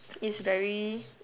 it's very